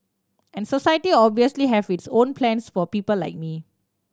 and society obviously have its own plans for people like me